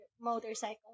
motorcycle